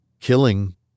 Killing